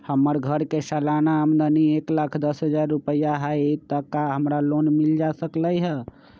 हमर घर के सालाना आमदनी एक लाख दस हजार रुपैया हाई त का हमरा लोन मिल सकलई ह?